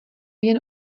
jen